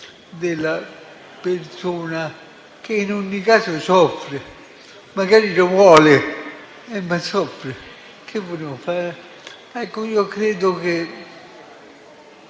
della persona, che in ogni caso soffre. Magari vuole, ma soffre. Che vogliamo fare? Io credo che